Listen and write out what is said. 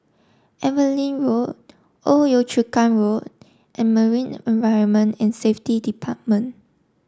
Evelyn Road Old Yio Chu Kang Road and Marine Environment and Safety Department